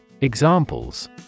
Examples